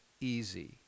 easy